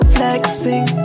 Flexing